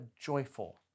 joyful